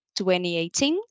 2018